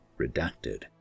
redacted